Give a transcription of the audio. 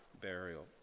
burial